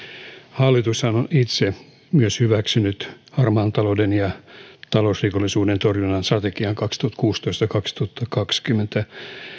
hallitushan on myös itse hyväksynyt harmaan talouden ja talousrikollisuuden torjunnan strategian vuosien kaksituhattakuusitoista ja kaksituhattakaksikymmentä